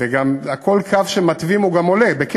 וכל קו שמתווים גם עולה, בכסף,